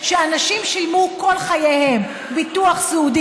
שאנשים שילמו כל חייהם ביטוח סיעודי